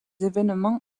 événements